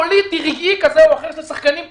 פוליטי רגעי כזה או אחר של שחקנים פוליטיים.